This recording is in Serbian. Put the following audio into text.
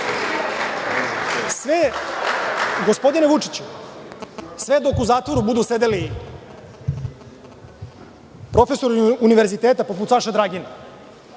Gospodine Vučiću, sve dok u zatvoru budu sedeli profesori univerziteta poput Saše Dragin,